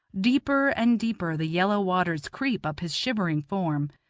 deeper and deeper the yellow waters creep up his shivering form,